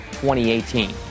2018